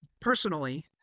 personally